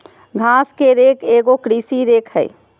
घास के रेक एगो कृषि रेक हइ